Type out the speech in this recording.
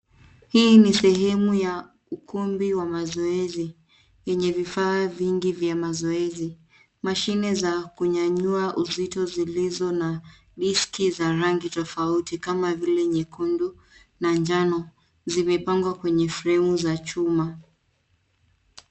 Hii ni sehemu ya ukumbi wa mazoezi, yenye vifaa vingi vya mazoezi, mashine za kunyanyua uzito zilizo na diski za rangi tofauti, kama vile nyekundu na njano, zimepangwa kwenye fremu za chuma.